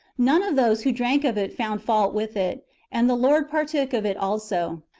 none of those who drank of it found fault with it and the lord partook of it also.